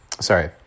Sorry